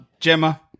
Gemma